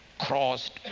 crossed